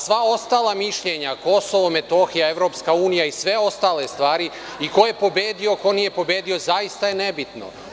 Sva ostala mišljenja, Kosovo i Metohija, EU i sve ostale stvari, i ko je pobedio, i ko nije pobedio, zaista je nebitno.